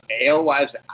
alewives